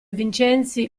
vincenzi